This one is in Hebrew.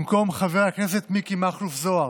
במקום חבר הכנסת מיקי מכלוף זוהר,